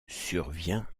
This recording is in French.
survient